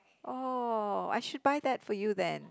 oh I should buy that for you then